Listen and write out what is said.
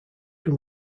can